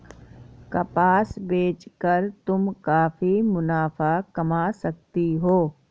कपास बेच कर तुम काफी मुनाफा कमा सकती हो